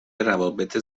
روابط